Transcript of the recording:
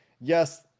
Yes